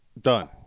Done